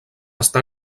està